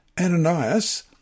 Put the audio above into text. Ananias